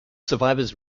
survivors